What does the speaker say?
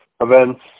events